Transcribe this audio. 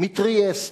מטריאסט,